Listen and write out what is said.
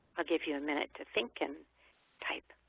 i'll give you a minute to think and type.